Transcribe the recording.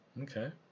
Okay